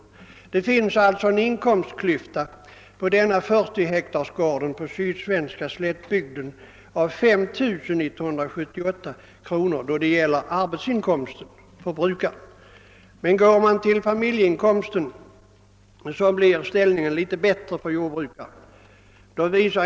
Inkomstklyftan beträffande arbetsinkomsten mellan industriarbetaren och jordbrukaren på denna gård om 40 hektar inom den sydsvenska slättbygden är alltså 5 178 kronor. Om man ser på familjeinkomsten finner man att ställningen är något bättre för jordbrukaren.